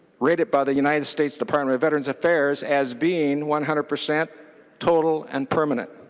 rated by the united states department of veterans affairs as being one hundred percent total and permanent.